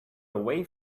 away